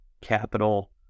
capital